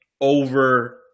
over –